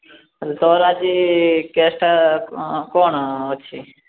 ତା'ହେଲେ ତୋର ଆଜି କେସ୍ଟା କ'ଣ ଅଛି